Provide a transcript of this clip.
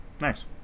nice